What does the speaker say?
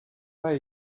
pas